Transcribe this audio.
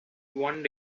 one